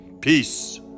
Peace